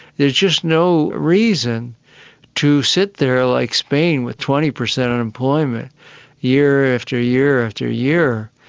there's just no reason to sit there like spain with twenty per cent unemployment year, after year, after year.